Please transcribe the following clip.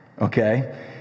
okay